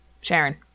sharon